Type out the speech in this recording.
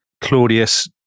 Claudius